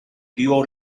dio